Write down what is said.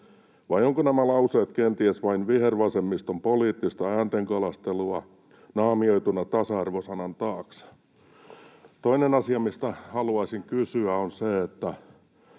Vai ovatko nämä lauseet kenties vain vihervasemmiston poliittista ääntenkalastelua naamioituna tasa-arvo-sanan taakse? Toinen asia, mistä haluaisin kysyä, on se,